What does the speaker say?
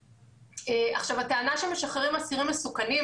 הטענה שמשחררים אסירים מסוכנים,